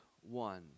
one